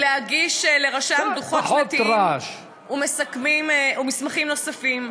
ולהגיש לרשם דוחות שנתיים ומסמכים נוספים,